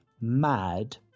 Mad